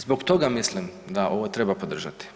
Zbog toga mislim da ovo treba podržati.